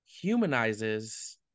humanizes